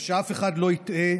ושאף אחד לא יטעה,